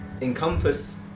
encompass